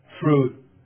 fruit